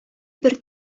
бер